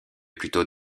plutôt